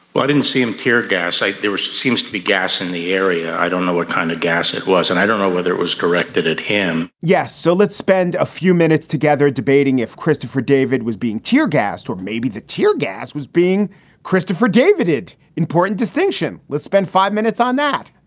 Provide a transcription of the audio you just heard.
but didn't see him tear gas. there was seems to be gas in the area. i don't know what kind of gas it was, and i don't know whether it was directed at him yes. so let's spend a few minutes together debating if christopher david was being tear gassed or maybe the tear gas was being christopher. david had important distinction. let's spend five minutes on that